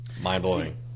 Mind-blowing